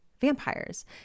vampires